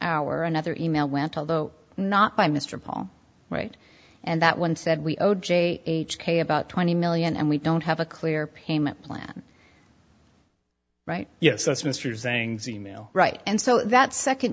hour another e mail went although not by mr paul right and that one said we owed j h k about twenty million and we don't have a clear payment plan right yes that's mr zangs e mail right and so that second